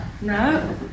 No